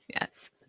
Yes